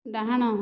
ଡାହାଣ